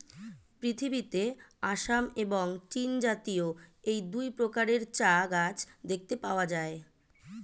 পৃথিবীতে আসাম এবং চীনজাতীয় এই দুই প্রকারের চা গাছ দেখতে পাওয়া যায়